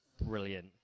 brilliant